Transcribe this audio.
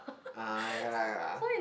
uh ya lah ya lah